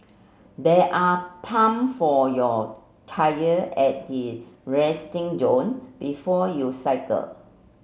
there are pump for your tyre at the resting zone before you cycle